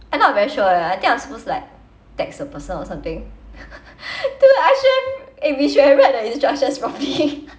I'm not very sure eh I think I'm supposed to like text the person or something dude I should have eh we should have read the instructions properly